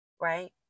right